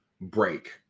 break